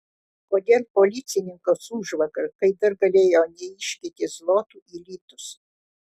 kodėl policininkas užvakar kai dar galėjo neiškeitė zlotų į litus